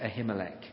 Ahimelech